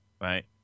Right